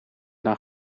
dan